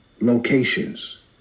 locations